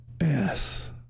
Yes